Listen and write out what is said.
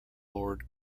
lord